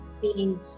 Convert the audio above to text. feeling